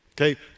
Okay